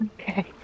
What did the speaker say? Okay